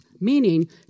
meaning